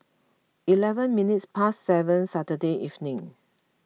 eleven minutes past seven Saturday evening